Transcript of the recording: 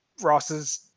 Ross's